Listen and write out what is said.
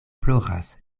ploras